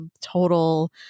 total